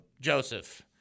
Joseph